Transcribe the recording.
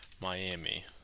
Miami